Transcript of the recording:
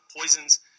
poisons